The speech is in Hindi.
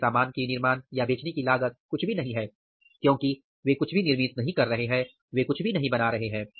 उनके सामान की निर्माण या बेचने की लागत कुछ भी नहीं है क्योंकि वे कुछ भी निर्मित नहीं कर रहे हैं वे कुछ भी नहीं बना रहे हैं